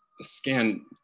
scan